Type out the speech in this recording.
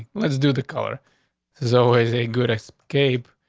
let's do the color is always a good escape.